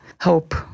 hope